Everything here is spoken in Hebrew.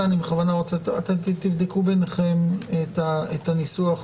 תבדקו ביניכם את הניסוח.